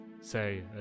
say